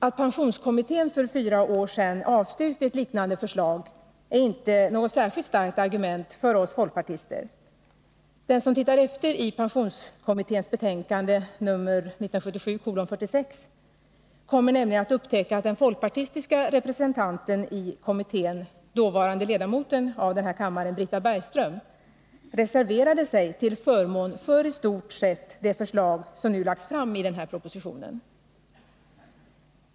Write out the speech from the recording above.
Att pensionskommittén för fyra år sedan avstyrkte ett liknande förslag är inte något särskilt starkt argument för oss folkpartister. Den som tittar efter i pensionskommitténs betänkande, SOU 1977:46, kommer nämligen att upptäcka att den folkpartistiska representanten i kommittén, dåvarande ledamoten av den här kammaren Britta Bergström, reserverade sig till förmån för i stort sett det förslag som nu lagts fram i den här propositionen.